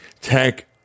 Tech